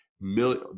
million